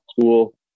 school